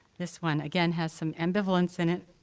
this one, again, has some ambivalence in it.